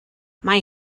mae